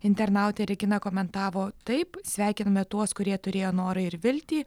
internautė regina komentavo taip sveikiname tuos kurie turėjo norą ir viltį